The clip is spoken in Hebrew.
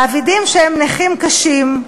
מעבידים שהם נכים קשים,